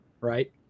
right